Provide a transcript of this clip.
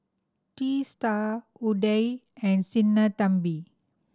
Teesta Udai and Sinnathamby